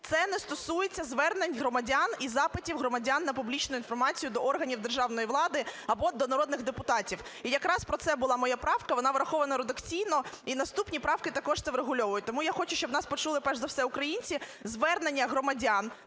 це не стосується звернень громадян і запитів громадян на публічну інформацію до органів державної влади або до народних депутатів. І якраз про це була моя правка, вона врахована редакційно і наступні правки також це врегульовують. Тому я хочу, щоб нас почули, перш за все, українці. Звернення громадян